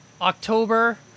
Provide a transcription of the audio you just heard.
October